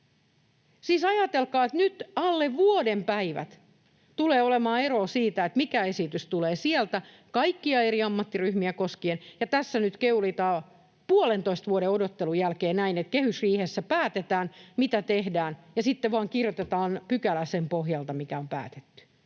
ajatelkaa, että nyt alle vuoden päivät tulee olemaan eroa siinä, mikä esitys tulee sieltä kaikkia eri ammattiryhmiä koskien, ja tässä nyt keulitaan puolentoista vuoden odottelun jälkeen näin, että kehysriihessä päätetään, mitä tehdään, ja sitten vain kirjoitetaan pykälät sen pohjalta, mitä on päätetty.